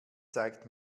zeigt